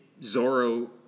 Zorro